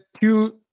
two